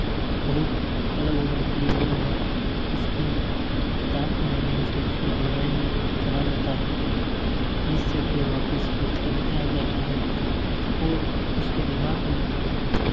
बहुत अलग हो जाती है और वह उसकी किताब के माध्यम से उसकी गहराई में चला जाता है जिससे फिर वापिस लौटकर नहीं आ जाता है और उसके दिमाग में